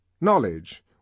Knowledge